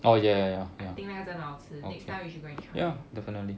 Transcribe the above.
I think 那个真的好吃 next time we should go and try